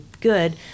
good